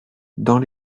dans